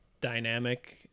dynamic